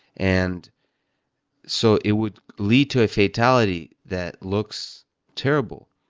and so it would lead to a fatality that looks terrible.